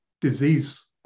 disease